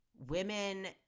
women